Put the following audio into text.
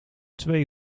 twee